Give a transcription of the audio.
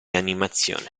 animazione